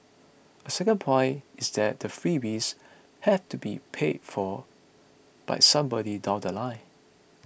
a second point is that the freebies have to be paid for by somebody down The Line